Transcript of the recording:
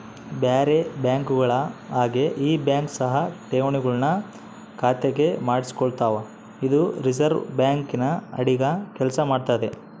ಬೇರೆ ಬ್ಯಾಂಕುಗಳ ಹಾಗೆ ಈ ಬ್ಯಾಂಕ್ ಸಹ ಠೇವಣಿಗಳನ್ನು ಖಾತೆಗೆ ಮಾಡಿಸಿಕೊಳ್ತಾವ ಇದು ರಿಸೆರ್ವೆ ಬ್ಯಾಂಕಿನ ಅಡಿಗ ಕೆಲ್ಸ ಮಾಡ್ತದೆ